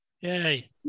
Yay